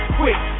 quick